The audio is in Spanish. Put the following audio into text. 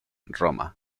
roma